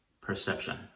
perception